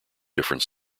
different